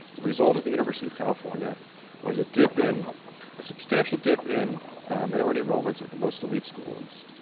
the result of the university of california was a dip in a substantial dip in minority enrollments at the most elite schools,